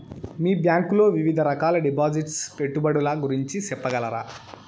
మీ bank లో వివిధ రకాల డిపాసిట్స్, పెట్టుబడుల గురించి సెప్పగలరా?